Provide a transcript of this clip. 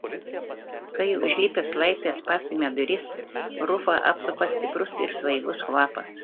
kai užlipęs laiptais pastumia duris rufą apsupa stiprus ir svaigus kvapas